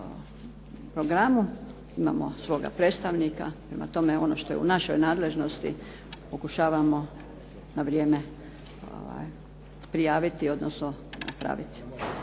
programu, imamo svog predstavnika. Prema tome, ono što je u našoj nadležnosti pokušavamo na vrijeme prijaviti, odnosno napraviti.